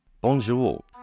Bonjour